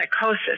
psychosis